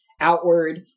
outward